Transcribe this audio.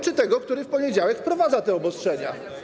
czy tego, który w poniedziałek wprowadza te obostrzenia.